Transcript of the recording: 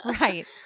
right